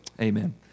Amen